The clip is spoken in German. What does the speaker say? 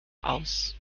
aus